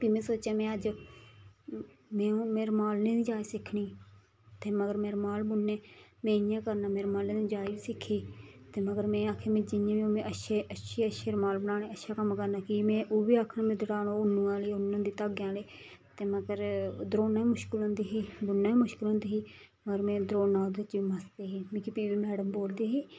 फ्ही में सोचेआ में अज्ज में में रमालें दी जाच सिक्खनी ते मगर में रमाल बुनने में इ'यां करना में रमालें दी जाच बी सिक्खी ते मगर में आखेआ में जियां बी होग में अच्छे अच्छे रमाल बनाने अच्छा कम्म करना कि में ओह् बी आखन दकान उन्न आह्ले उन्न होंदी धागें आह्लें ते मगर ध्रोडना बी मुश्कल होंदी ही बुनना बी मुश्कल होंदी ही होर में धरोड़ना ओह्दे च बी मस्त रौंह्दी ही मिकी फ्ही मैडम बोलदी हे